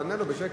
אז תענה לו בשקט.